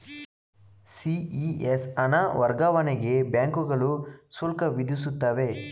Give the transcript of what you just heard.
CES ಹಣ ವರ್ಗಾವಣೆಗೆ ಬ್ಯಾಂಕುಗಳು ಶುಲ್ಕ ವಿಧಿಸುತ್ತವೆ